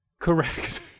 Correct